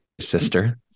sister